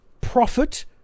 profit